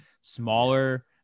smaller